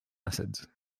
acids